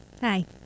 Hi